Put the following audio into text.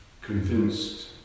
convinced